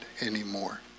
anymore